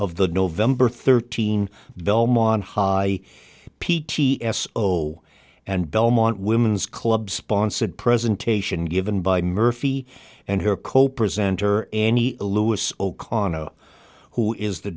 of the november thirteenth belmont high p t s o and belmont women's club sponsored presentation given by murphy and her co presenter any lewis o'connor who is the